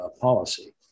policy